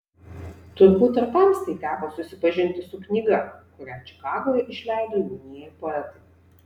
turbūt ir tamstai teko susipažinti su knyga kurią čikagoje išleido jaunieji poetai